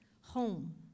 home